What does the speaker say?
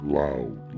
loud